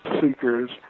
Seekers